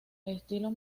estilo